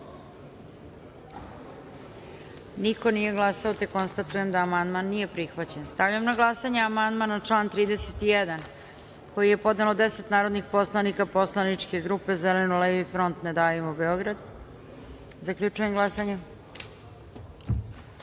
glasanje: za - niko. Konstatujem da amandman nije prihvaćen. Stavljam na glasanje amandman na član 31. koji je podnelo 10 narodnih poslanika poslaničke grupe Zeleno-levi front - Ne davimo Beograd. Zaključujem glasanje: